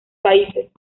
países